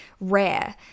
rare